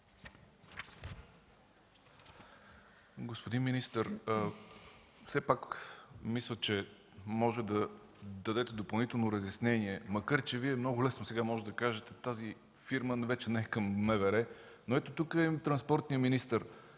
Господин министър, все пак мисля, че може да дадете допълнително разяснение. Въпреки че Вие много лесно сега можете да кажете, че тази фирма вече не е към МВР, но ето тук е и транспортният министър